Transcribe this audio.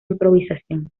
improvisación